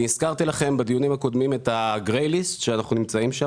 הזכרתי לכם בדיונים הקודמים את ה-"grey list" שבה אנחנו נמצאים.